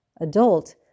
adult